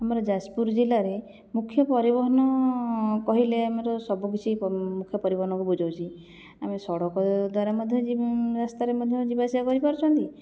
ଆମର ଯାଜପୁର ଜିଲ୍ଲାରେ ମୁଖ୍ୟପରିବହନ କହିଲେ ଆମର ସବୁକିଛି ମୁଖ୍ୟପରିବହନକୁ ବୁଝଉଛି ଆମେ ସଡ଼କ ଦ୍ୱାରା ମଧ୍ୟ ଜି ରାସ୍ତାରେ ମଧ୍ୟ ଯିବାଆସିବା କରିପାରୁଛନ୍ତି